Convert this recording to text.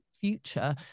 future